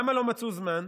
למה לא מצאו זמן?